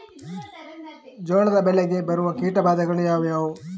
ಜೋಳದ ಬೆಳೆಗೆ ಬರುವ ಕೀಟಬಾಧೆಗಳು ಯಾವುವು?